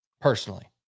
personally